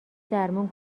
درمون